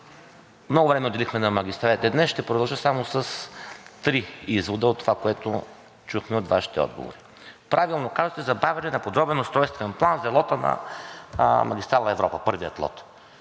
Много време отделихме на магистралите днес. Ще продължа само с три извода от това, което чухме от Вашите отговори. Правилно казахте, забавяне на подробен устройствен план за лота на магистрала „Европа“, първият лот.